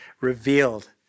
revealed